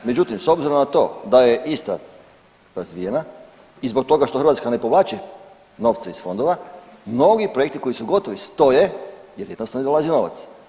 Međutim, s obzirom na to je je Istra razvijena i zbog toga što Hrvatska ne povlači novce iz fondova, mnogi projekti koji su gotovi stoje jer jednostavno ne dolazi novac.